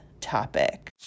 topic